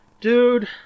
Dude